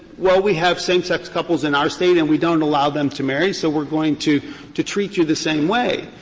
well, we have same-sex couples in our state, and we don't allow them to marry, so we're going to to treat you the same way.